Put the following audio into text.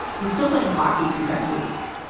he's still playing hockey three times a week.